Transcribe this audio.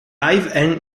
and